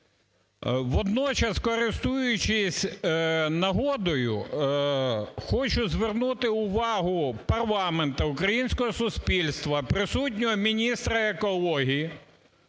Водночас, користуючись нагодою, хочу звернути увагу парламенту, українського суспільства, присутнього міністра екології